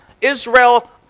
Israel